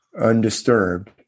undisturbed